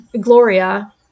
Gloria